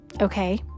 Okay